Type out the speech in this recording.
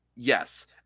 Yes